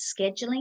scheduling